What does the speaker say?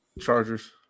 Chargers